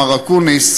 מר אקוניס,